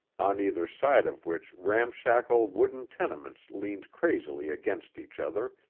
on either side of which ramshackle wooden tenements leaned crazily against each other,